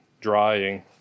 drying